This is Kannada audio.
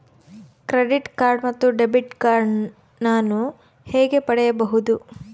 ಕ್ರೆಡಿಟ್ ಕಾರ್ಡ್ ಮತ್ತು ಡೆಬಿಟ್ ಕಾರ್ಡ್ ನಾನು ಹೇಗೆ ಪಡೆಯಬಹುದು?